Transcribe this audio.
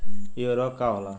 इ उर्वरक का होला?